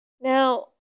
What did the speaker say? Now